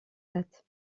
date